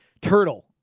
turtle